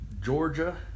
Georgia